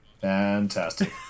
Fantastic